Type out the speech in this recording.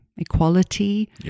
equality